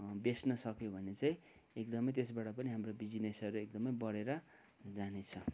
बेच्न सक्यौँ भने चाहिँ एकदमै त्यसबाट पनि हाम्रो बिजिनेसहरू एकदमै बढे्र जानेछ